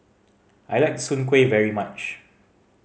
I like Soon Kuih very much